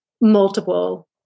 multiple